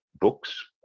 books